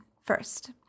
First